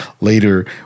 later